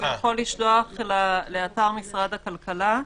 הוא יכול לשלוח לאתר משרד הכלכלה.